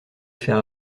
faire